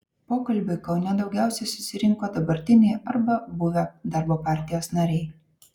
pokalbiui kaune daugiausiai susirinko dabartiniai arba buvę darbo partijos nariai